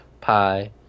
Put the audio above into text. Pie